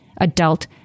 adult